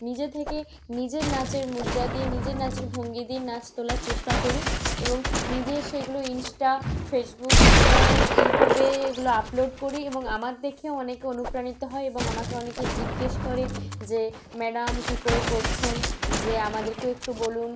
নিজে থেকেই নিজের নাচের মুদ্রা দিয়ে নিজের নাচের ভঙ্গি দিয়ে নাচ তোলার চেষ্টা করি এবং নিজে সেইগুলোই ইনস্টা ফেসবুক ইউটিউবে এগুলো আপলোড করি এবং আমার দেখেও অনেকে অনুপ্রাণিত হয় এবং আমাকে অনেকে জিজ্ঞেস করে যে ম্যাডাম কী করে করছেন যে আমাদেরকেও একটু বলুন